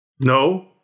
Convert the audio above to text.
No